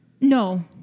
No